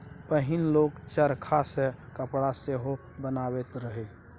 पहिने लोक चरखा सँ कपड़ा सेहो बनाबैत रहय